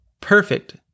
perfect